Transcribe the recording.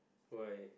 why